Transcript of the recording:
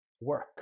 work